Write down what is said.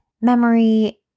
memory